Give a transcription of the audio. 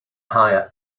hire